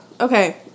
okay